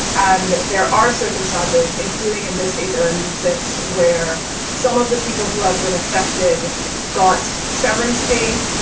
and there are circumstances, including in the states, only six, where some of the people who have been affected got severance pay.